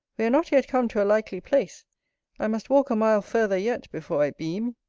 we are not yet come to a likely place i must walk a mile further yet before i beam.